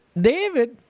David